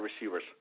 receivers